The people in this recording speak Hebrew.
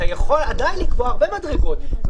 אתה יכול עדיין לקבוע הרבה מדרגות.